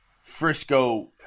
Frisco –